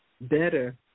better